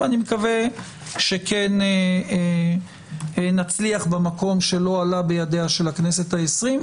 ואני מקווה שכן נצליח במקום שלא עלה בידיה של הכנסת ה-20.